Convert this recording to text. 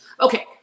okay